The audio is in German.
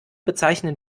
bezeichnen